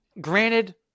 granted